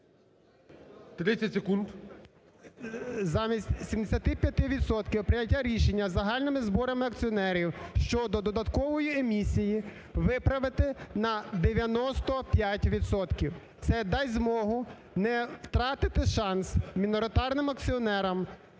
О.В. Замість 75 відсотків прийняття рішення загальними зборами акціонерів щодо додаткової емісії виправити на 95 відсотків. Це дасть змогу не втратити шанс міноритарним акціонерам